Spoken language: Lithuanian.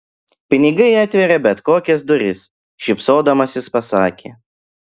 pinigai atveria bet kokias duris šypsodamasis pasakė